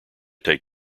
take